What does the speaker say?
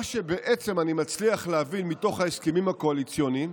מה שבעצם אני מצליח להבין מתוך ההסכמים הקואליציוניים,